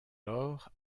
lors